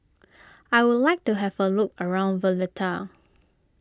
I would like to have a look around Valletta